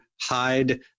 hide